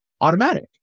automatic